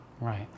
Right